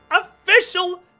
official